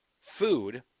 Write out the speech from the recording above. food